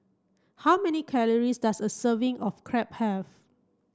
how many calories does a serving of Crepe have